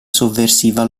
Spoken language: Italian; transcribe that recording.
sovversiva